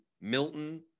Milton